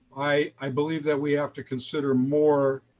i believe that we have to consider more